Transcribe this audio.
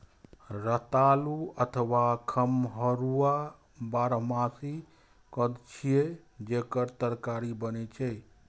रतालू अथवा खम्हरुआ बारहमासी कंद छियै, जेकर तरकारी बनै छै